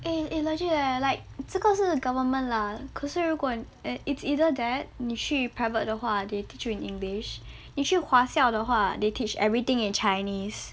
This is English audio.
eh eh legit leh like 这个是 government lah 可是如果 it's either that 你去 private 的话 they teach you in english 你去华校的话 they teach everything in chinese